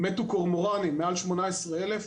מתו מעל 18,000 קורמורנים.